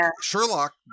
Sherlock